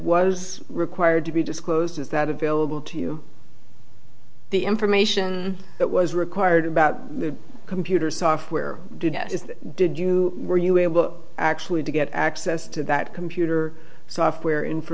was required to be disclosed is that available to you the information that was required about the computer software did you were you able actually to get access to that computer software in